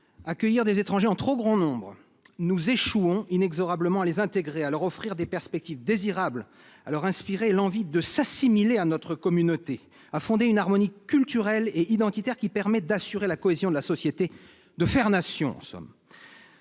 d’accueillir des étrangers en trop grand nombre, nous échouons inexorablement à les intégrer, à leur offrir des perspectives désirables, à leur inspirer l’envie de s’assimiler à notre communauté, à fonder une harmonie culturelle et identitaire qui permette d’assurer la cohésion de la société, de faire Nation en somme.